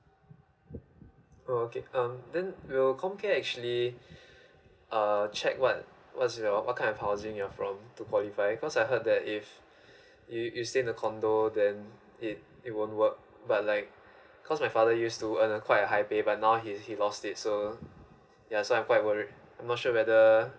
oh okay um then will ComCare actually err check what was your what kind of housing you're from to qualify cause I heard that if you you stay in the condo then it it won't work but like cause my father used to earn a quite high pay but now he he lost it so yeah so I'm quite worried I'm not sure whether